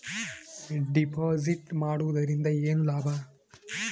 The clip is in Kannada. ಡೆಪಾಜಿಟ್ ಮಾಡುದರಿಂದ ಏನು ಲಾಭ?